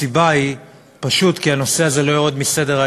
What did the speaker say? הסיבה היא פשוט כי הנושא הזה לא יורד מסדר-היום.